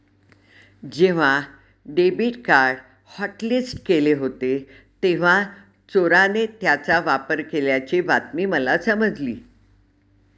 जेव्हा debit card hotlist केले होते तेव्हा चोराने त्याचा वापर केल्याची बातमी मला समजली